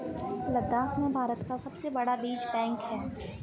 लद्दाख में भारत का सबसे बड़ा बीज बैंक है